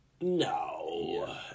no